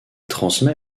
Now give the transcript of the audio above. transmet